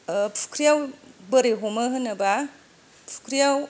ओ फुख्रियाव बोरै हमो होनोब्ला फुख्रियाव